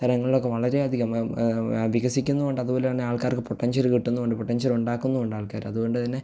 തലങ്ങളിലൊക്കെ തന്നെ വളരെ അധികം വികസിക്കുന്നുണ്ട് അതുപോലെ തന്നെ ആൾക്കാർക്ക് പൊട്ടൻഷ്യൽ കിട്ടുന്നുണ്ട് പൊട്ടൻഷ്യൽ ഉണ്ടാക്കുന്നുണ്ട് ആൾക്കാർ അതുകൊണ്ടു തന്നെ